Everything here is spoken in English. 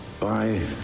Bye